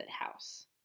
House